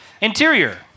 Interior